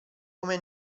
come